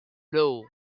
blows